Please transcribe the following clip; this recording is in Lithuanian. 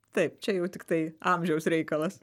taip čia jau tiktai amžiaus reikalas